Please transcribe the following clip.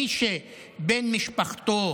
מי שבן משפחתו